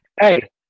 hey